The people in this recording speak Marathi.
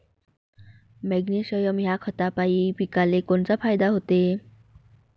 मॅग्नेशयम ह्या खतापायी पिकाले कोनचा फायदा होते?